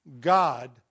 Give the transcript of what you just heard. God